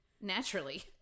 naturally